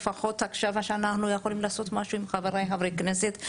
אולי עכשיו אנחנו יכולים כן לעשות משהו עם חבריי חברי הכנסת.